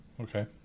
Okay